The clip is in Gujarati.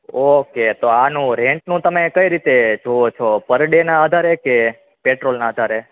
ઓકે તો આનું રેન્ટનું તમે કંઈ રીતે જોવો છો પર ડે ના આધારે કે પેટ્રોલના આધારે